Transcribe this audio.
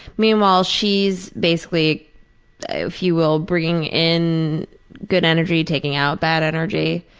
meanwhile, she's basically if you will bring in good energy, taking out bad energy,